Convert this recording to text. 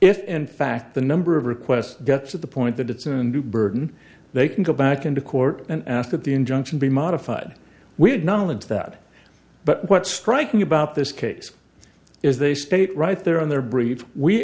if in fact the number of requests gets to the point that it's a new burden they can go back into court and ask that the injunction be modified with knowledge that but what's striking about this case is they state right there on their brief we